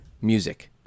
Music